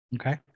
Okay